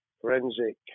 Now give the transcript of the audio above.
forensic